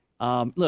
Look